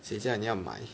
谁叫你要买